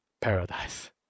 paradise